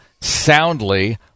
soundly